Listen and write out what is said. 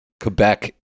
Quebec